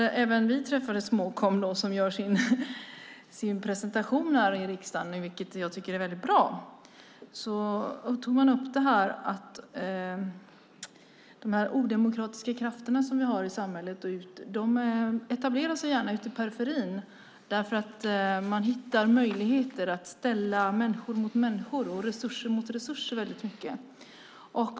När vi träffade Småkom, som gör sin presentation här i riksdagen - och det tycker jag är väldigt bra - tog man upp att de odemokratiska krafter vi har i samhället gärna etablerar sig ute i periferin. Där hittar de nämligen många möjligheter att ställa människor mot människor och resurser mot resurser.